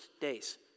days